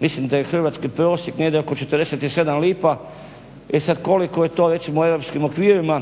Mislim da je hrvatski prosjek negdje oko 47 lipa. E sada koliko je to u europskim okvirima?